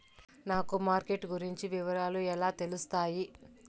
నాకు మార్కెట్ గురించి వివరాలు ఎలా తెలుస్తాయి?